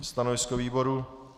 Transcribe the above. Stanovisko výboru?